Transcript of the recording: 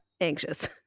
anxious